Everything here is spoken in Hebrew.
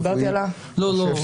דיברתי על --- לא, לא.